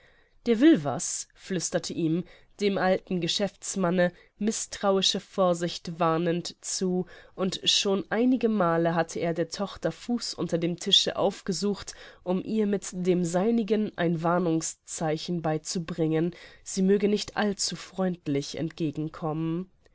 der will was flüsterte ihm dem alten geschäftsmanne mißtrauische vorsicht warnend zu und schon einigemale hatte er der tochter fuß unter dem tische aufgesucht um ihr mit dem seinigen ein warnungszeichen beizubringen sie möge nicht allzu freundlich entgegenkommen